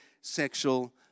sexual